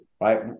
right